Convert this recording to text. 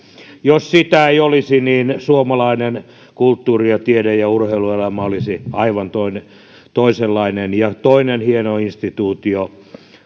jos sitä ei olisi niin suomalainen kulttuuri tiede ja urheiluelämä olisi aivan toisenlainen toinen hieno instituutio